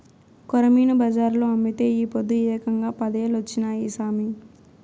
కొరమీను బజార్లో అమ్మితే ఈ పొద్దు ఏకంగా పదేలొచ్చినాయి సామి